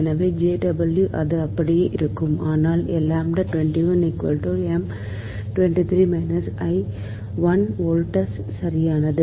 எனவே அது அப்படியே இருக்கும் ஆனால் வோல்ட்ஸ் சரியானது